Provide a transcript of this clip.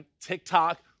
TikTok